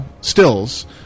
stills